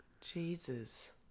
Jesus